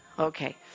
Okay